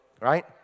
right